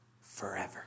forever